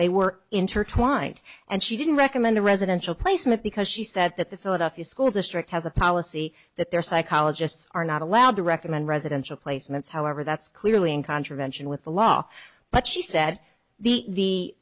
they were intertwined and she didn't recommend a residential placement because she said that the philadelphia school district has a policy that their psychologists are not allowed to recommend residential placements however that's clearly in contravention with the law but she said the